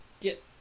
Get